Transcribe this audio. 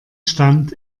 stand